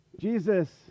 Jesus